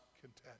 content